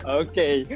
okay